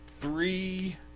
Three